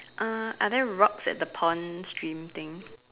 uh are there rocks at the pond stream thing